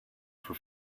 for